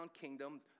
kingdom